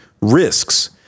risks